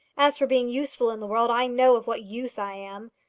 as for being useful in the world i know of what use i am!